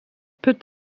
peut